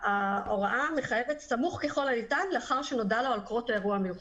ההוראה מחייבת סמוך ככל הניתן לאחר שנודע לו על קרות האירוע המיוחד.